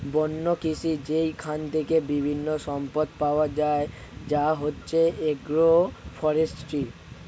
বন্য কৃষি যেইখান থেকে বিভিন্ন সম্পদ পাওয়া যায় যা হচ্ছে এগ্রো ফরেষ্ট্রী